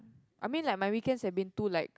I mean like my weekend had been through like